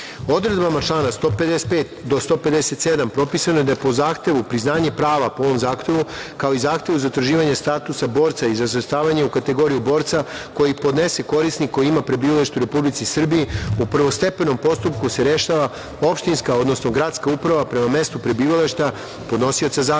mišljenje. Odredbama člana 155. do 157. propisano je da je po zahtevu priznanje prava po ovom zahtevu, kao i zahtevu za utvrđivanje statusa borca i za svrstavanje u kategoriju borca koji podnese korisnik koji ima prebivalište u u Republici Srbiji u prvostepenom postupku se rešava opštinska, odnosno gradska uprava prema mestu prebivališta podnosioca